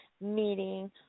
meeting